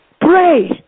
Pray